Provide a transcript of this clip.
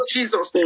Jesus